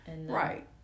Right